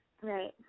Right